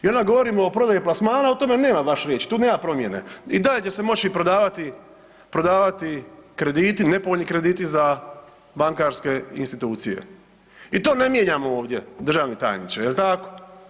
I onda govorimo o prodaji plasmana, o tome nema baš riječi, tu nema promjene i dalje će se moći prodavati, prodavati krediti, nepovoljni krediti za bankarske institucije i to ne mijenjamo ovdje državni tajniče, jel tako?